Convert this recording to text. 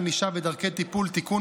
ענישה ודרכי טיפול) (תיקון,